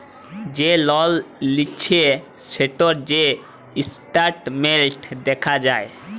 যে লল লিঁয়েছে সেটর যে ইসট্যাটমেল্ট দ্যাখা যায়